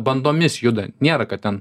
bandomis juda nėra kad ten